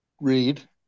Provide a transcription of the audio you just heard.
Read